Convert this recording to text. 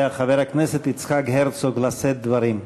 חבר הכנסת יצחק הרצוג לשאת דברים.